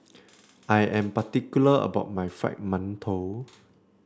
I am particular about my Fried Mantou